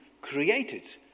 created